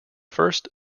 first